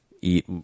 eat